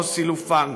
או סילופן.